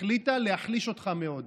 החליטה להחליש אותך מאוד.